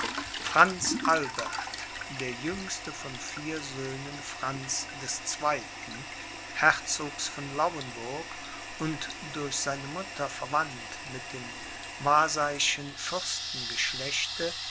franz albert der jüngste von vier söhnen franz des zweiten herzogs von lauenburg und durch seine mutter verwandt mit dem wasaischen